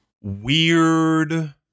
weird